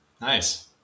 Nice